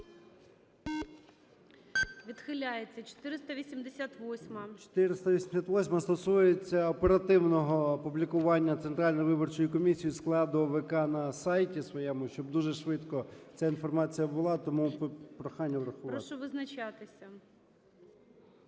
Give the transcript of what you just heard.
ЧЕРНЕНКО О.М. 488-а стосується оперативного публікування центральної виборчої комісії складу ОВК на сайті своєму, щоб дуже швидко ця інформація була. Тому прохання врахувати. ГОЛОВУЮЧИЙ. Прошу визначатися.